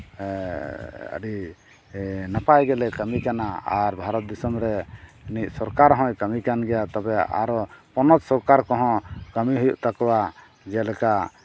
ᱟᱹᱰᱤ ᱱᱟᱯᱟᱭ ᱜᱮᱞᱮ ᱠᱟᱹᱢᱤ ᱠᱟᱱᱟ ᱟᱨ ᱵᱷᱟᱨᱚᱛ ᱫᱤᱥᱚᱢ ᱨᱮ ᱩᱱᱤ ᱥᱚᱨᱠᱟᱨ ᱦᱚᱸᱭ ᱠᱟᱹᱢᱤ ᱠᱟᱱ ᱜᱮᱭᱟ ᱛᱚᱵᱮ ᱟᱨᱚ ᱯᱚᱱᱚᱛ ᱥᱚᱨᱠᱟᱨ ᱠᱚᱦᱚᱸ ᱠᱟᱹᱢᱤ ᱦᱩᱭᱩᱜ ᱛᱟᱠᱚᱣᱟ ᱡᱮᱞᱮᱠᱟ